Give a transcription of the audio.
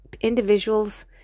individuals